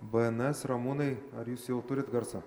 bns ramūnai ar jūs jau turit garsą